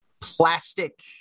plastic